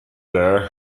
bear